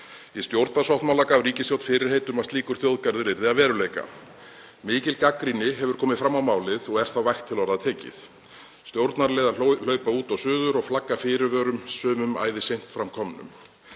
Í stjórnarsáttmála gaf ríkisstjórn fyrirheit um að slíkur þjóðgarður yrði að veruleika. Mikil gagnrýni hefur komið fram á málið og er þá vægt til orða tekið. Stjórnarliðar hlaupa út og suður og flagga fyrirvörum, sumum æðiseint fram komnum.